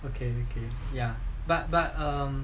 okay okay ya but but um